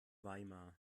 weimar